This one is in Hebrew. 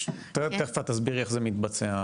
תכף את תסבירי איך זה מתבצע,